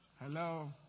Hello